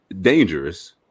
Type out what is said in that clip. dangerous